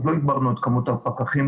לא הגברנו את כמות הפקחים,